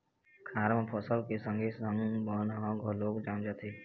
खार म फसल के संगे संग बन ह घलोक जाम जाथे